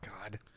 God